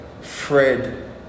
Fred